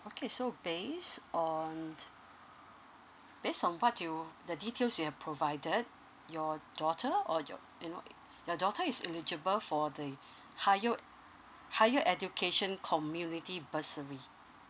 okay so based on based on what you the details you have provided your daughter or your you know your daughter is eligible for the higher higher education community bursary